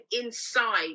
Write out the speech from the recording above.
inside